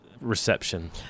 reception